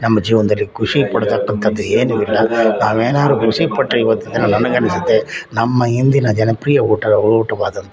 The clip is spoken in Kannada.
ನಮ್ಮ ಜೀವನದಲ್ಲಿ ಖುಷಿ ಪಡತಕ್ಕಂಥದ್ದು ಏನಿರೋ ನಾವೇನಾದ್ರೂ ಖುಷಿಪಟ್ಟರೆ ಈವತ್ತಿನ ದಿನ ನನಗೆ ಅನ್ನಿಸುತ್ತೆ ನಮ್ಮ ಇಂದಿನ ಜನಪ್ರಿಯ ಊಟ ಊಟವಾದಂಥ